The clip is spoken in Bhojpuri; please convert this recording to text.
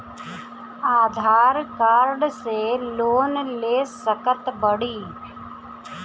आधार कार्ड से लोन ले सकत बणी?